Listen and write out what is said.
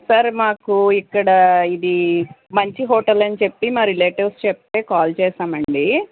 sir మాకు ఇక్కడ ఇది మంచి హోటల్ అని చెప్పి మా రివేటివ్ చెప్తే కాల్ చేసామండి